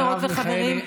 חברות וחברים.